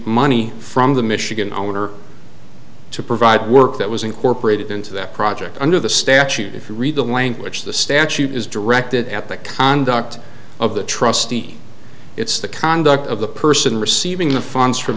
money from the michigan owner to provide work that was incorporated into that project under the statute if you read the language the statute is directed at the conduct of the trustee it's the conduct of the person receiving the funds from